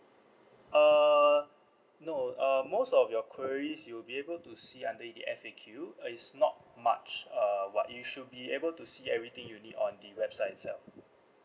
err no uh most of your queries you'll be able to see under the F_A_Q is not much uh what you should be able to see everything you need on the website itself